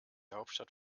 hauptstadt